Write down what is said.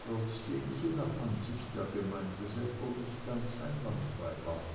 trotzdem sie nach ansicht der gemeinde selber nicht ganz einwandfrei war